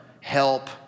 help